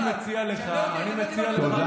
אני מציע לך לא להסתכל בקנקן אלא במה שיש בתוכו.